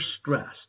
stressed